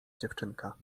dziewczynka